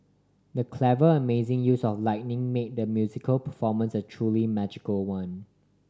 the clever amazing use of lighting made the musical performance a truly magical one